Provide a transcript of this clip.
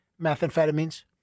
methamphetamines